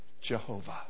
Jehovah